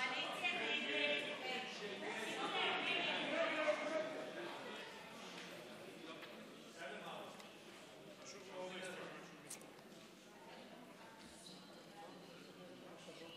(6) של חבר הכנסת מיקי לוי אחרי סעיף 1 לא נתקבלה.